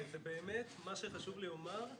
באמת מה שחשוב לי לומר,